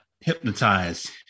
hypnotized